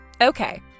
okay